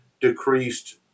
decreased